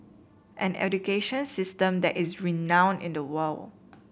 an education system that is renowned in the world